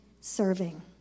serving